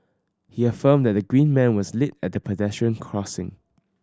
he have affirmed that the green man was lit at the pedestrian crossing